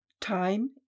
Time